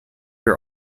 are